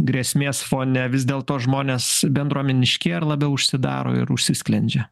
grėsmės fone vis dėl to žmonės bendruomeniškėja ar labiau užsidaro ir užsisklendžia